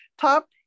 top